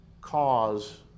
cause